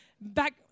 back